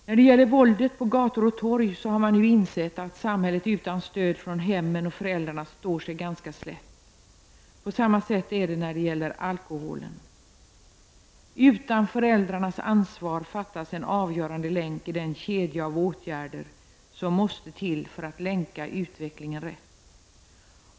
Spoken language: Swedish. När det gäller våldet på gator och torg har man nu insett att samhället utan stöd från hemmen och föräldrarna står sig ganska slätt. På samma sätt är det när det gäller alkoholen. Utan föräldrarnas ansvar fattas en avgörande länk i den kedja av åtgärder som måste till för att länka utvecklingen rätt.